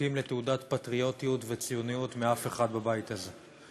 זקוקים לתעודת פטריוטיות וציוניות מאף אחד בבית הזה.